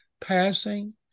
passing